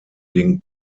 den